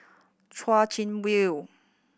Chwee Chian View